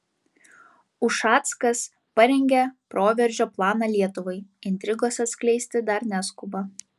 ušackas parengė proveržio planą lietuvai intrigos atskleisti dar neskuba